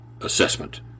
assessment